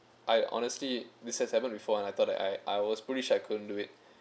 I honestly this has happened before and I thought that I I was pretty sure I couldn't do it